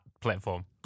platform